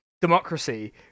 democracy